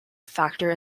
factor